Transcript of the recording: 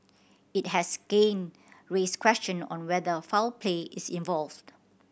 it has again raised question on whether foul play is involved